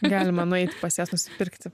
galima nueiti pas jas nusipirkti